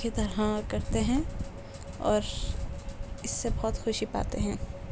کی طرح کرتے ہیں اور اس سے بہت خوشی پاتے ہیں